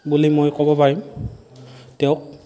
বুলি মই ক'ব পাৰিম তেওঁক